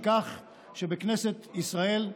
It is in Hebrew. בכך שבכנסת ישראל,